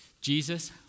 Jesus